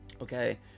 okay